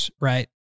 right